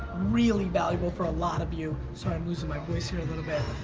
really valuable for a lot of you. sorry i'm losing my voice here a little bit.